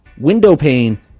windowpane